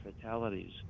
fatalities